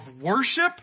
worship